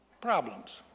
problems